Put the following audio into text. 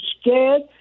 scared